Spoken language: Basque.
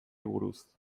buruz